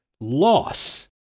loss